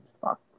fuck